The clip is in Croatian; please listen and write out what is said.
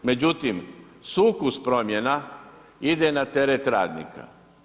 Međutim, sukus promjena ide na teret radnika.